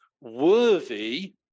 worthy